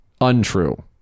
untrue